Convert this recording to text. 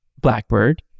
Blackbird